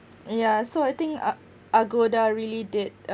yeah so I think uh agoda really did